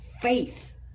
faith